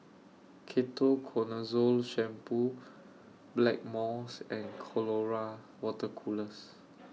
Ketoconazole Shampoo Blackmores and Colora Water Colours